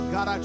God